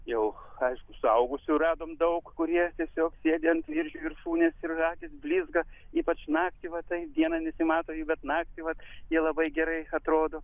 jau aišku suaugusių radome daug kur jie tiesiog sėdi ant viržių viršūnės ir akys blizga ypač naktį va tai dieną nesimato jų bet naktį vat jie labai gerai atrodo